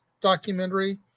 documentary